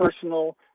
personal